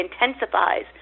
intensifies